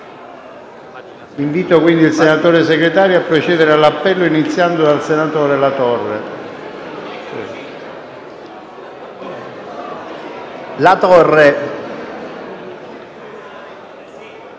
Invito il senatore Segretario a procedere all'appello, iniziando dal senatore Latorre. SCOMA,